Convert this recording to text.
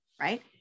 right